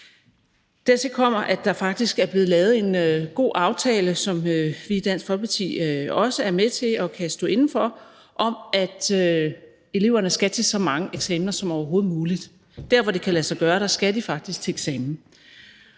Dertil kommer, at der faktisk er blevet lavet en god aftale, som vi i Dansk Folkeparti også er med i og kan stå inde for, om, at eleverne skal til så mange eksamener som overhovedet muligt. Der, hvor det kan lade sig gøre, skal de faktisk til eksamen.